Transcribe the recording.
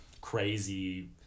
crazy